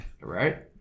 Right